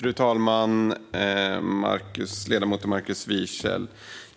Fru talman och ledamoten Markus Wiechel!